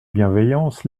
bienveillance